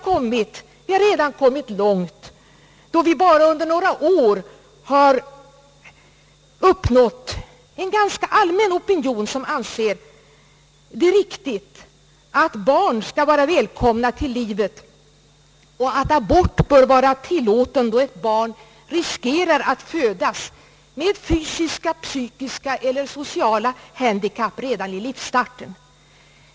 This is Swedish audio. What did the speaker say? Vi har redan kommit långt då vi bara under några år har uppnått en ganska allmän opinion som anser det riktigt att barn skall vara välkomna till livet och att abort bör vara tillåten då ett barn riskerar att födas med fysiska, psykiska eller sociala handikapp redan i livsstarten.